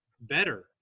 better